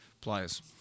players